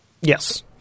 Yes